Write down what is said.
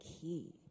key